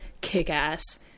kick-ass